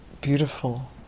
beautiful